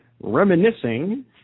reminiscing